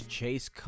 Chase